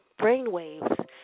brainwaves